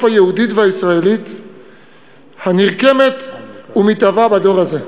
היהודית והישראלית הנרקמת ומתהווה בדור הזה.